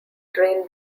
drain